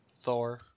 Thor